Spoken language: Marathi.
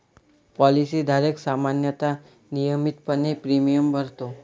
पॉलिसी धारक सामान्यतः नियमितपणे प्रीमियम भरतो